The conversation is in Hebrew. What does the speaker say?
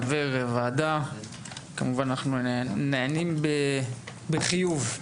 חבר הוועדה וכמובן שאנחנו נענים בחיוב.